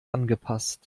angepasst